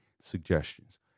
suggestions